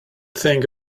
think